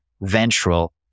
ventral